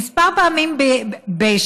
כמה פעמים בשבוע,